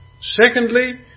Secondly